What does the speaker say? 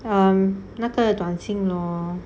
um 那个短信 lor